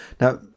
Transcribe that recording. Now